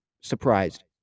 surprised